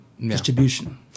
distribution